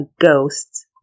ghost's